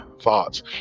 thoughts